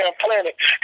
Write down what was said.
planet